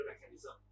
mechanism